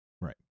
Right